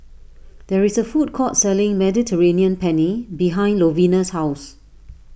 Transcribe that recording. there is a food court selling Mediterranean Penne behind Lovina's house